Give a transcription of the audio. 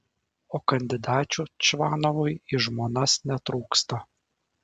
o kandidačių čvanovui į žmonas netrūksta